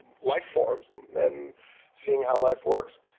lifeforms and seeing how life works.